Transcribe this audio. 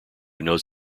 knows